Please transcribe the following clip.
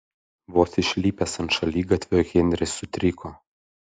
vos išlipęs ant šaligatvio henris sutriko